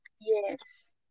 yes